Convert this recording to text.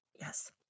Yes